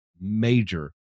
major